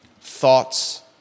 thoughts